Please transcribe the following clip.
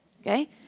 Okay